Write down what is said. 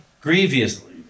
grievously